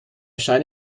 scheint